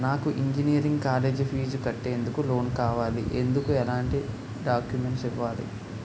నాకు engineering college fees కట్టేందుకు loan కావాలి, ఎందుకు ఎలాంటి డాక్యుమెంట్స్ ఇవ్వాలి?